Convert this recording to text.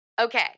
okay